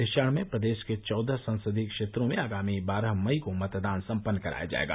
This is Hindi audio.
इस चरण में प्रदेश के चौदह संसदीय क्षेत्रों में आगामी बारह मई को मतदान सम्पन्न कराया जायेगा